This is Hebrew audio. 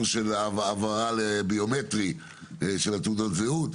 המעבר לתעודות זהות לביומטריות,